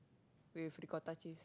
with ricotta cheese